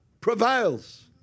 prevails